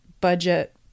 budget